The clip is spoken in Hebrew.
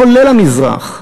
כולל המזרח,